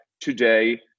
Today